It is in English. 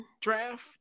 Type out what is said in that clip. draft